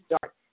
start